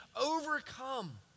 overcome